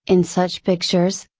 in such pictures,